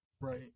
right